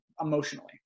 emotionally